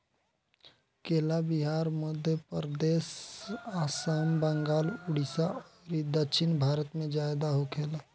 केला बिहार, मध्यप्रदेश, आसाम, बंगाल, उड़ीसा अउरी दक्षिण भारत में ज्यादा होखेला